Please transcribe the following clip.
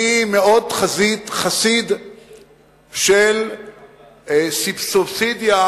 אני חסיד של סובסידיה